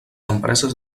empreses